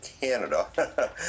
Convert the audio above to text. Canada